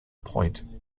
point